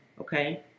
okay